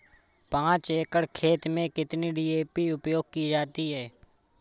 पाँच एकड़ खेत में कितनी डी.ए.पी उपयोग की जाती है?